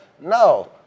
No